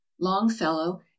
Longfellow